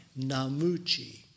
Namuchi